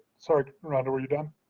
sorry, rhonda, were you done?